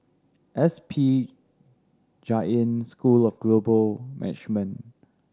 S P Jain School of Global Management